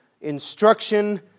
instruction